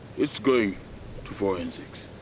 it's going to forensics.